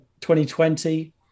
2020